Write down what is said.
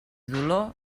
dolor